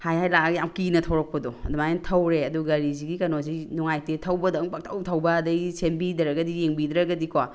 ꯍꯥꯏ ꯍꯥꯏ ꯂꯥꯛꯑꯒ ꯌꯥꯝ ꯀꯤꯅ ꯊꯧꯔꯛꯄꯗꯣ ꯑꯗꯨꯃꯥꯏꯅ ꯊꯧꯔꯦ ꯑꯗꯨꯒ ꯒꯥꯔꯤꯁꯤꯒꯤ ꯀꯩꯅꯣꯁꯤ ꯅꯨꯡꯉꯥꯏꯇꯦ ꯊꯧꯕꯗꯪ ꯄꯪꯊꯧ ꯊꯧꯕ ꯑꯗꯒꯤ ꯁꯦꯝꯕꯤꯗ꯭ꯔꯒꯗꯤ ꯌꯦꯡꯕꯤꯗ꯭ꯔꯒꯗꯤꯀꯣ